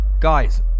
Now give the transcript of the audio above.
Guys